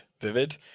Vivid